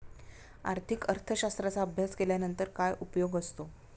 आर्थिक अर्थशास्त्राचा अभ्यास केल्यानंतर काय उपयोग असतो?